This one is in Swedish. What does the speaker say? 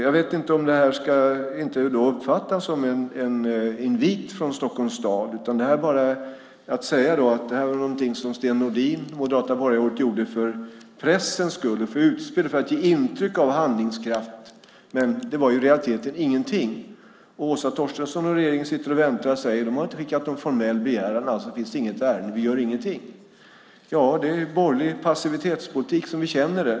Jag vet inte om inte det här ska uppfattas som en invit från Stockholm stad eller om det bara är någonting som Sten Nordin, det moderata borgarrådet, gjorde för pressens skull, att det var ett utspel för att ge intryck av handlingskraft men som i realiteten inte var någonting. Åsa Torstensson och regeringen sitter och väntar och säger: De har inte skickat någon formell begäran. Alltså finns det inget värde i det, och vi gör ingenting. Ja, det är borgerlig passivitetspolitik som vi känner den.